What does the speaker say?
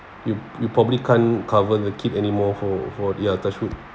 you you probably can't cover the kid anymore for for ya touch wood